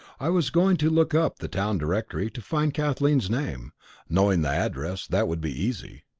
i was going to look up the town directory, to find kathleen's name knowing the address, that would be easy.